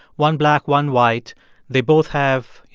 one black, one white they both have, you